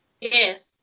Yes